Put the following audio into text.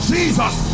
Jesus